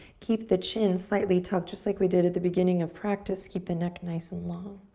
keep the chin slightly tucked, just like we did at the beginning of practice. keep the neck nice and long.